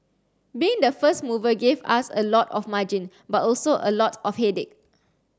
being the first mover gave us a lot of margin but also a lot of headache